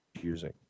using